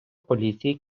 поліції